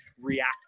react